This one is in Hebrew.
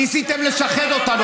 ניסיתם לשחד אותנו,